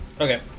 Okay